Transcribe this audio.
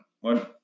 one